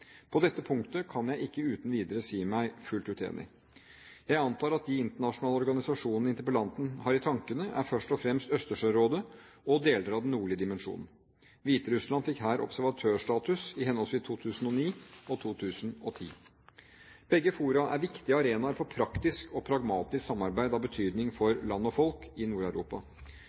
På dette punktet kan jeg ikke uten videre si meg fullt ut enig. Jeg antar at de internasjonale organisasjonene interpellanten har i tankene, er først og fremst Østersjørådet og deler av Den nordlige dimensjon. Hviterussland fikk her observatørstatus i henholdsvis 2009 og 2010. Begge fora er viktige arenaer for praktisk og pragmatisk samarbeid av betydning for land og folk i